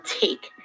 take